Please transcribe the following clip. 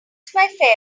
farewell